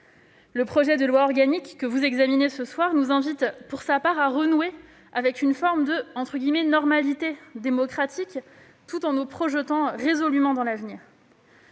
Le projet de loi organique que vous examinez ce soir nous invite, pour sa part, à renouer avec une forme de « normalité démocratique » tout en nous projetant résolument dans l'avenir.